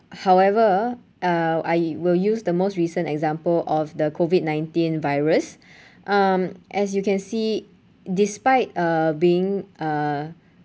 however uh I y~ will use the most recent example of the COVID nineteen virus um as you can see despite uh being uh